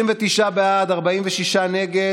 של עשרה קילוגרם במשקל.